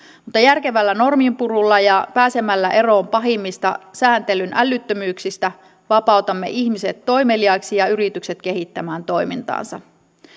mutta järkevällä norminpurulla ja pääsemällä eroon pahimmista säätelyn älyttömyyksistä vapautamme ihmiset toimeliaiksi ja yritykset kehittämään toimintaansa